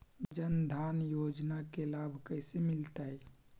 जन धान योजना के लाभ कैसे मिलतै?